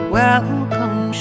welcome